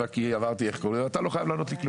ל-27 אלף שקלים ואתה לא חייב לענות לי.